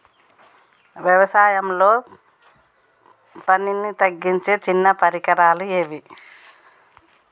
వ్యవసాయంలో పనిని తగ్గించే చిన్న పరికరాలు ఏవి?